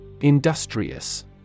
Industrious